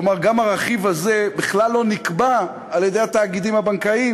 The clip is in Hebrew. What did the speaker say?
כלומר גם הרכיב הזה בכלל לא נקבע על-ידי התאגידים הבנקאיים,